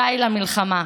די למלחמה,